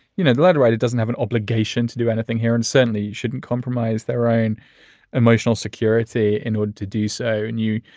you know, laterite, it doesn't have an obligation to do anything here and certainly shouldn't compromise their own emotional security in order to do so and you,